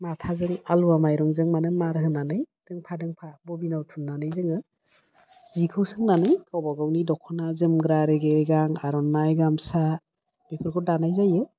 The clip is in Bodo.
माथाजों आलुवा माइरंजों माने मार होनानै दोंफा दोंफा बबिनाव थुननानै जोङो जिखौ सोंनानै गावबा गावनि दख'ना जोमग्रा रेगे रेगां आर'नाइ गामसा बेफोरखौ दानाय जायो